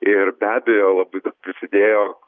ir be abejo labai prisidėjo